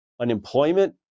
unemployment